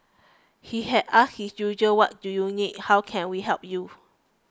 he had asked his usual what do you need how can we help you